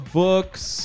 books